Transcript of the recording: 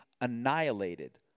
annihilated